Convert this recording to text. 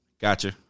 Gotcha